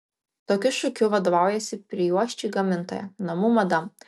tokiu šūkiu vadovaujasi prijuosčių gamintoja namų madam